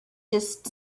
just